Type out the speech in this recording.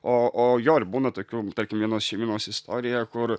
o o jo ir būna tokių tarkim vienos šeimynos istorija kur